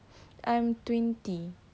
I'm twenty